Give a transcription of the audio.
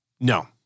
No